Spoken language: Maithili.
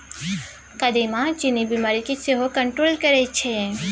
कदीमा चीन्नी बीमारी केँ सेहो कंट्रोल करय छै